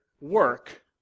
work